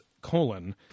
colon